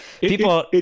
people